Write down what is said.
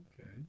Okay